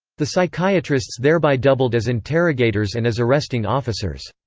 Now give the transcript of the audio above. the psychiatrists thereby doubled as interrogators and as arresting officers.